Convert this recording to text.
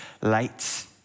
lights